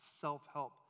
self-help